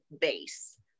base